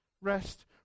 Rest